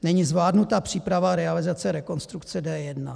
Není zvládnuta příprava realizace rekonstrukce D1.